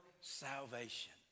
salvation